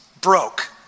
broke